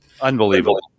unbelievable